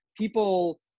people